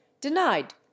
denied